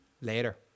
Later